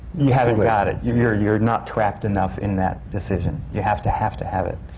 you haven't got it. you're you're not trapped enough in that decision. you have to have to have it.